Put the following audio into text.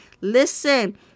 listen